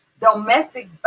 Domestic